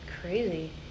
Crazy